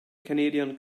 canadian